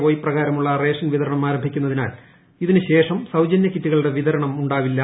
Y പ്രകാരമുള്ള ration വിതരണം ആരംഭിക്കുന്നതിനാൽ ഇതിനു ശേഷം സൌജന്യക്കിറ്റുകളുടെ വിതരണം ഉണ്ടാവില്ല